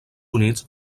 units